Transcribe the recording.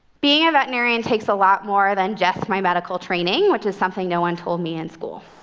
being a veterinarian takes a lot more than just my medical training, which is something no one told me in school.